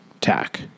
tack